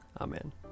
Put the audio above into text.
Amen